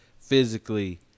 physically